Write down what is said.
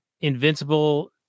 invincible